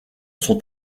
sont